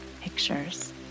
pictures